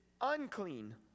unclean